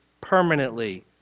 permanently